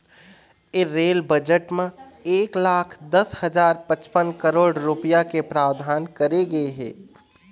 ए rail budget म एक लाख दस हजार पचपन करोड़ रूपिया के प्रावधान करे गे हे